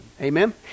Amen